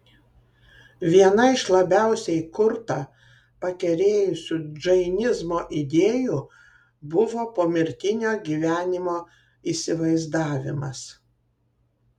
viena iš labiausiai kurtą pakerėjusių džainizmo idėjų buvo pomirtinio gyvenimo įsivaizdavimas